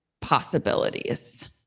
possibilities